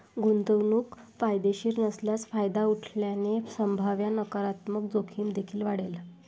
गुंतवणूक फायदेशीर नसल्यास फायदा उठवल्याने संभाव्य नकारात्मक जोखीम देखील वाढेल